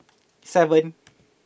seven